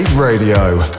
Radio